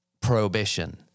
Prohibition